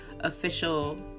official